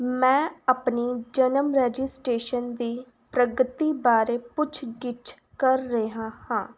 ਮੈਂ ਆਪਣੀ ਜਨਮ ਰਜਿਸਟ੍ਰੇਸ਼ਨ ਦੀ ਪ੍ਰਗਤੀ ਬਾਰੇ ਪੁੱਛਗਿੱਛ ਕਰ ਰਿਹਾ ਹਾਂ